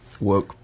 work